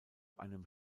einem